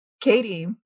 Katie